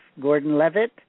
Gordon-Levitt